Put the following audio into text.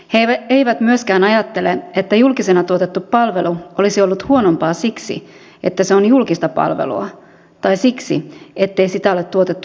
he eivät myöskään ajattele että julkisena tuotettu palvelu olisi ollut huonompaa siksi että se on julkista palvelua tai siksi ettei sitä ole tuotettu yhtiön kautta